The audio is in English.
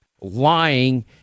lying